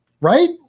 Right